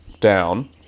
down